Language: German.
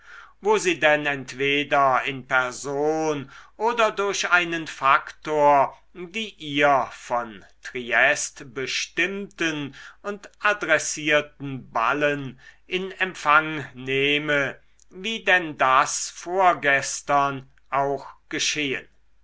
wo sie denn entweder in person oder durch einen faktor die ihr von triest bestimmten und adressierten ballen in empfang nehme wie denn das vorgestern auch geschehen